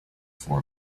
for